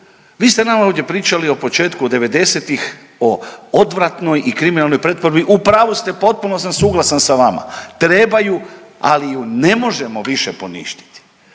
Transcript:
vi ste nama ovdje pričali o početku '90.-tih o odvratnoj i kriminalnoj pretvorbi. U pravu ste potpuno sam suglasan sa vama, treba ju ali ju ne možemo više poništiti